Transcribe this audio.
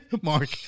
Mark